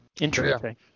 interesting